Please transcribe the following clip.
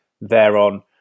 thereon